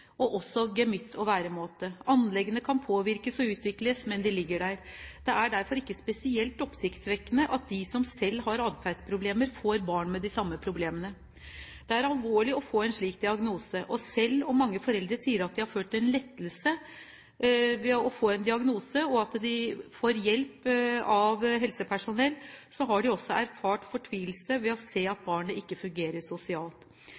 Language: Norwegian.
eller også gemytt og væremåte. Anleggene kan påvirkes og utvikles, men de ligger der. Det er derfor ikke spesielt oppsiktsvekkende at de som selv har adferdsproblemer, får barn med de samme problemene. Det er alvorlig å få en slik diagnose, og selv om mange foreldre sier at de har følt en lettelse ved å få en diagnose, og at de får hjelp av helsepersonell, har de også opplevd fortvilelse over å se at barnet ikke fungerer sosialt.